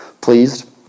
pleased